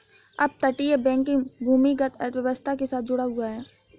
अपतटीय बैंकिंग भूमिगत अर्थव्यवस्था के साथ जुड़ा हुआ है